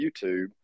youtube